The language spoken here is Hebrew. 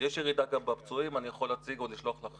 יש ירידה גם בפצועים, אני יכול להציג או לשלוח לך